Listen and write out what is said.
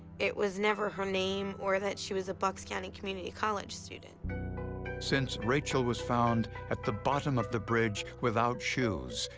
it was never her name or that she was a bucks county community college student. narrator since rachel was found at the bottom of the bridge without shoes,